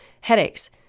headaches